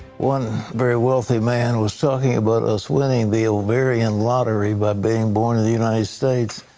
one very wealthy man was talking about us winning the ovarian lottery by being born in the united states.